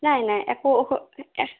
নাই নাই একো অসুবিধা